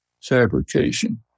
fabrication